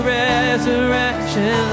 resurrection